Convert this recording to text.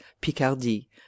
picardie